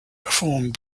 performed